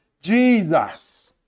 Jesus